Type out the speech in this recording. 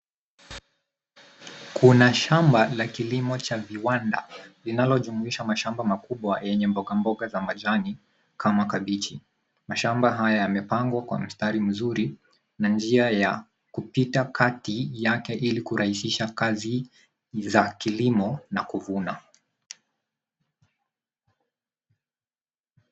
Kuna shamba la kilimo cha viwanda inayojumuisha mashamba makubwa yenye mbogamboga za majani kama kabiji. Mashamba haya yamepangwa kwa mistari mzuri na njia ya kupita kati yake ili kurahisisha kazi za kilimo na kuvuna.